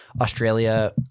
Australia